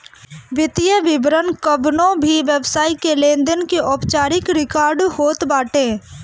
वित्तीय विवरण कवनो भी व्यवसाय के लेनदेन के औपचारिक रिकार्ड होत बाटे